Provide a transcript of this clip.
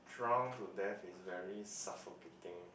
drown to death is very suffocating